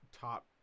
top